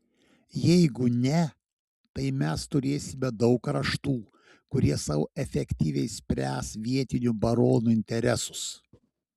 jeigu ne tai mes turėsime daug kraštų kurie sau efektyviai spręs vietinių baronų interesus